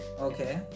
Okay